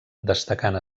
destacant